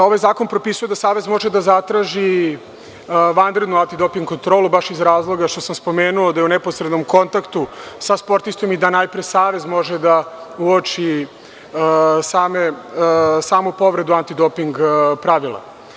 Ovaj zakon propisuje da Savez može da zatraži vanrednu antidoping kontrolu, baš iz razloga koji sam spomenuo, da je u neposrednom kontaktu sa sportistom i da najpre Savez može da uoči samu povredu antidoping pravila.